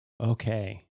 Okay